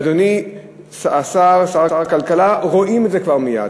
אדוני שר הכלכלה, רואים את זה כבר מייד.